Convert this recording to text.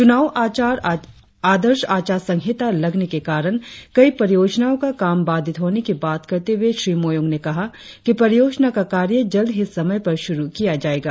चुनाव आदर्श आचार संहिता लगने के कारण कई परियोजनाओं का काम बाधित होने की बात करते हुए श्री मोयोग ने कहा कि परियोजना का कार्य जल्द ही समय पर शुरु किया जाएगा